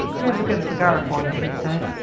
here's a good cigar for you, he said,